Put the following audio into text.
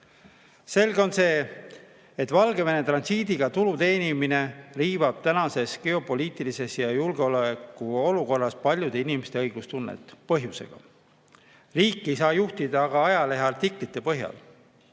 Selge on see, et Valgevene transiidiga tulu teenimine riivab tänases geopoliitilises ja julgeolekuolukorras paljude inimeste õiglustunnet. Põhjusega! Riiki ei saa aga juhtida ajaleheartiklite põhjal.